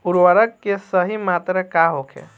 उर्वरक के सही मात्रा का होखे?